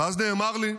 ואז נאמר לי: